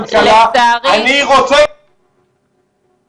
אני מבקש להעביר לראש הממשלה